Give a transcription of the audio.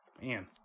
man